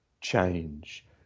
change